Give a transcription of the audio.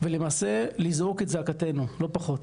ולמעשה לזעוק את זעקתנו, לא פחות.